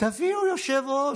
תביאו יושב-ראש,